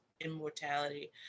immortality